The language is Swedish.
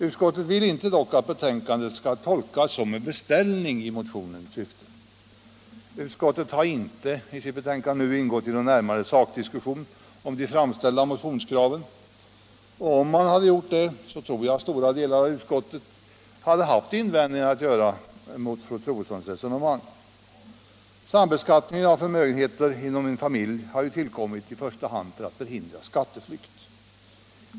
Utskottet vill dock inte att betänkandet skall tolkas som en beställning i motionens syfte. Man har inte gått in på någon närmare sakdiskussion om de framställda motionskraven. Om man hade gjort det tror jag att stora delar av utskottets ledamöter hade haft invändningar att göra mot fru Troedssons resonemang. Sambeskattning av förmögenheter inom en familj har i första hand tillkommit för att förhindra skatteflykt.